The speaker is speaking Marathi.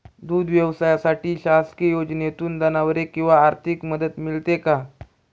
दूध व्यवसायासाठी शासकीय योजनेतून जनावरे किंवा आर्थिक मदत मिळते का?